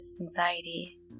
anxiety